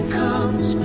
comes